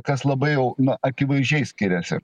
kas labai jau akivaizdžiai skiriasi